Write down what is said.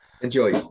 Enjoy